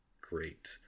great